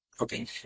Okay